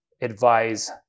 advise